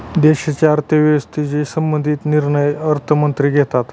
देशाच्या अर्थव्यवस्थेशी संबंधित निर्णय अर्थमंत्री घेतात